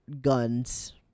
guns